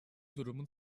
durumun